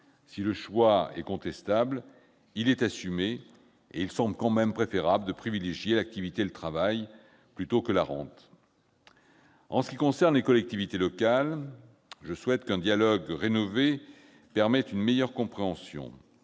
Si ce choix est contestable, il est assumé, et il semble quoi qu'il en soit préférable de privilégier l'activité et le travail par rapport à la rente. Pour ce qui concerne les collectivités locales, je souhaite qu'un dialogue rénové permette une meilleure compréhension.